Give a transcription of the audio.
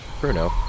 Bruno